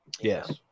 yes